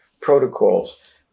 protocols